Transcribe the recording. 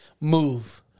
move